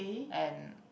and